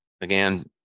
again